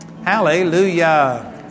Hallelujah